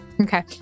Okay